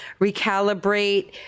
recalibrate